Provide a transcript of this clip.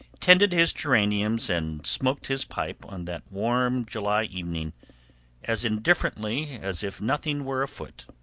tended his geraniums and smoked his pipe on that warm july evening as indifferently as if nothing were afoot.